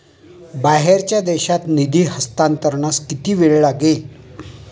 बाहेरच्या देशात निधी हस्तांतरणास किती वेळ लागेल?